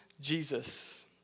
Jesus